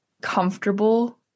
comfortable